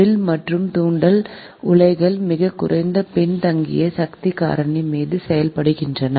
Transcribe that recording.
will மற்றும் தூண்டல் உலைகள் மிக குறைந்த பின்தங்கிய சக்தி காரணி மீது செயல்படுகின்றன